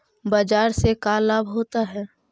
बाजार से का लाभ होता है?